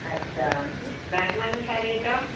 अच्छा राजमा जो छा रेट आहे